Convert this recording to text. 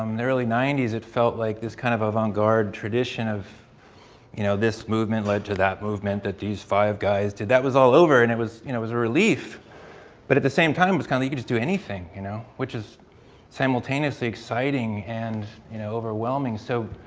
um the early ninety s, it felt like this kind of avant garde tradition of you know this movement led to that movement that these five guys did that was all over and it was you know it was a relief but at the same time, was kinda you just do anything you know which is simultaneously exciting and you know overwhelming. so,